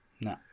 No